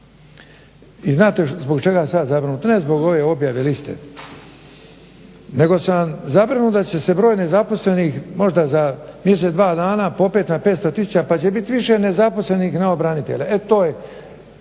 I znate zbog čega sam ja zabrinut? Ne zbog ove objave liste nego sam zabrinut da će se broj nezaposlenih možda za mjesec, dva dana popeti na 500 tisuća pa će biti više nezaposlenih nego branitelja. E to je